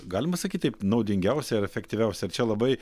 galima sakyti taip naudingiausia ir efektyviausia čia labai